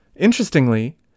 Interestingly